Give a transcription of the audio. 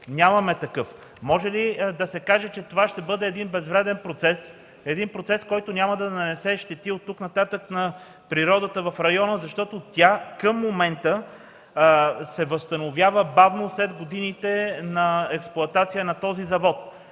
Нямаме такава. Може ли да се каже че това ще бъде един безвреден процес, един процес, който няма да нанесе щети от тук нататък на природата в района? Тя към момента се възстановява бавно след годините на експлоатация на този завод.